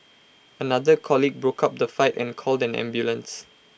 another colleague broke up the fight and called an ambulance